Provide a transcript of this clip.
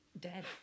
dead